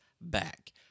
back